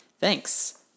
Thanks